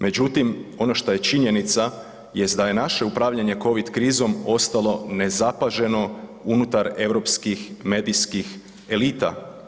Međutim, ono što je činjenica jest da je naše upravljanje covid krizom ostalo nezapaženo unutar europskim medijskih elita.